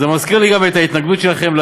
זה מזכיר לי גם את ההתנגדות שלכם,